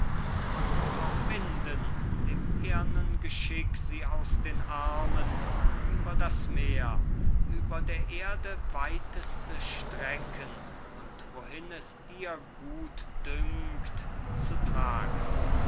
und auf winden dem ehrnen geschick sie aus den armen über das meer über der erde weiteste strecken und wohin es dir gut dünkt zu tragen